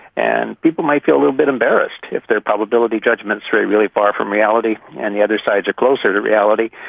and people might feel a little bit embarrassed if their probability judgements were really far from reality and the other side's are closer to reality,